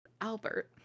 Albert